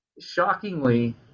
Shockingly